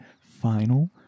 final